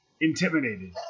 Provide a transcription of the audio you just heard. intimidated